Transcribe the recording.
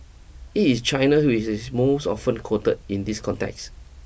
it is China which most often quoted in this context